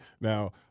Now